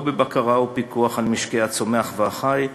לא בבקרה ופיקוח על משקי הצומח והחי,